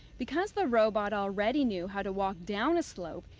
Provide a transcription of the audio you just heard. because the robot already knew how to walk down a slope,